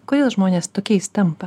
kodėl žmonės tokiais tampa